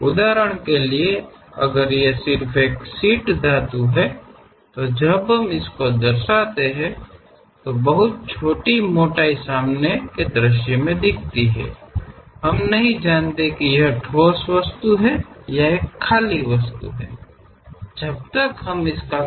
ಉದಾಹರಣೆಗೆ ಅದು ಕೇವಲ ಶೀಟ್ ಮೆಟಲ್ ಆಗಿದ್ದರೆ ನಾವು ಅದನ್ನು ಪ್ರತಿನಿಧಿಸುವಾಗ ಬಹಳ ಸಣ್ಣವಾಗಿರುತ್ತದೆ ಮುಂಭಾಗದ ನೋಟದಲ್ಲಿ ನಾವು ಕಟ್ ವಿಭಾಗವನ್ನು ಮಾಡದ ಹೊರತು ಇದು ಘನ ವಸ್ತು ಅಥವಾ ಅದು ಟೊಳ್ಳು ವಸ್ತು ಎಂದು ನಮಗೆ ತಿಳಿಯುವುದಿಲ್ಲ